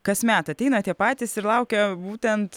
kasmet ateina tie patys ir laukia būtent